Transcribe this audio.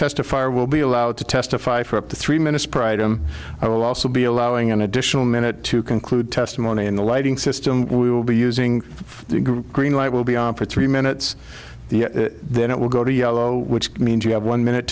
testify will be allowed to testify for up to three minutes prior to him i will also be allowing an additional minute to conclude testimony in the lighting system we will be using green light will be on for three minutes then it will go to yellow which means you have one minute